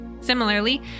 Similarly